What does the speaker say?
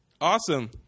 awesome